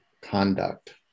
conduct